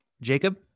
Jacob